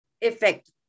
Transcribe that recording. effect